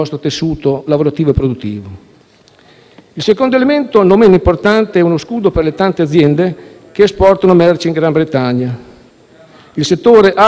Il secondo elemento, non meno importante, è uno scudo per le tante aziende che esportano merci in Gran Bretagna. Il settore agroalimentare *in primis*, ma non solo.